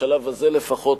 בשלב הזה לפחות,